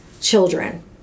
children